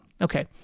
Okay